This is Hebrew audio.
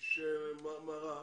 שמראה